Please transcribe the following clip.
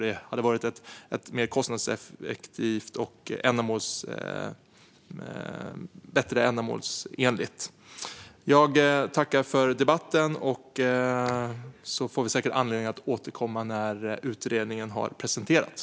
Det hade varit kostnadseffektivt och mer ändamålsenligt. Jag tackar för debatten. Vi får säkert anledning att återkomma när utredningen har presenterats.